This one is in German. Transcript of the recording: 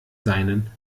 seinen